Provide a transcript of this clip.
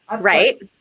Right